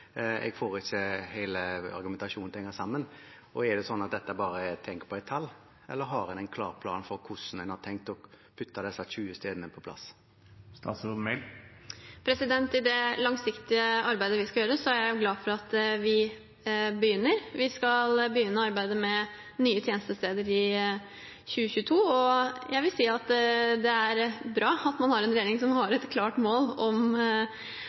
Jeg får ikke hele argumentasjonen til å henge sammen. Er det sånn at dette bare er «tenk på et tall», eller har en en klar plan for hvordan en har tenkt å putte disse 20 stedene på plass? I det langsiktige arbeidet vi skal gjøre, er jeg glad for at vi begynner. Vi skal begynne arbeidet med nye tjenestesteder i 2022, og jeg vil si at det er bra man har en regjering som har et klart mål om